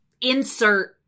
insert